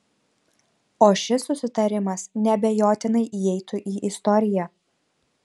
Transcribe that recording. o šis susitarimas neabejotinai įeitų į istoriją